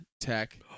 tech